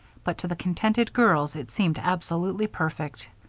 but to the contented girls it seemed absolutely perfect.